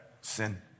sin